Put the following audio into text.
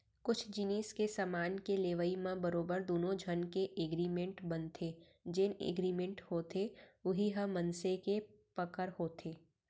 कुछु जिनिस के समान के लेवई म बरोबर दुनो झन के एगरिमेंट बनथे जेन एगरिमेंट होथे उही ह मनसे के पकड़ होथे